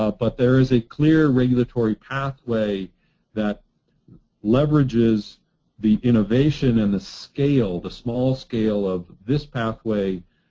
ah but there is a clear regulatory pathway that leverages the innovation and the scale, the small scale of this pathway,